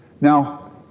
Now